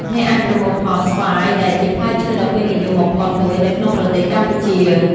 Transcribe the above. អ្នកអាចប្រមូលផលស្វាយដែលជាផ្លែឈើដ៏ពេញនិយមបំផុតមួយនៅក្នុងប្រទេសកម្ពុជា។